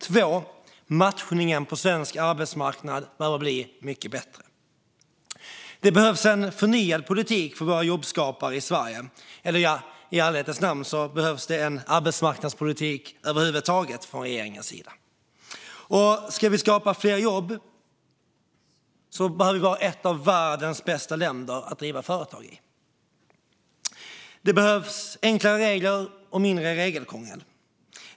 Två: Matchningen på svensk arbetsmarknad behöver bli mycket bättre. Det behövs en förnyad politik för våra jobbskapare i Sverige, och i ärlighetens namn behövs en arbetsmarknadspolitik över huvud taget från regeringen. Om vi ska skapa fler jobb behöver vi vara ett världens bästa länder att driva företag i. Det behövs enklare regler och mindre krångel.